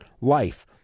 life